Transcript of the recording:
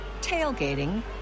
tailgating